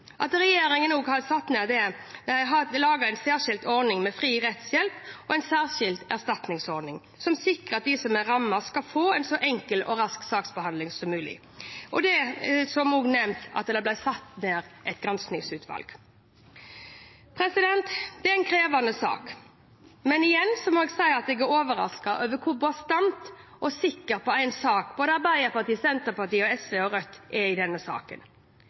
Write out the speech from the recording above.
Regjeringen har også laget en særskilt ordning med fri rettshjelp og en særskilt erstatningsordning, som sikrer at de som er rammet, skal få en så enkel og rask saksbehandling som mulig. Det er som nevnt også nedsatt et eget granskningsutvalg. Dette er en krevende sak, men igjen må jeg si at jeg er overrasket over hvor bastant og sikker i sin sak Arbeiderpartiet, Senterpartiet, SV og Rødt er i denne saken.